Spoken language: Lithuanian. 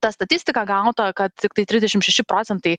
tą statistiką gautą kad tiktai trisdešim šeši procentai